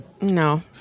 No